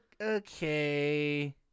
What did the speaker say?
okay